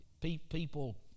People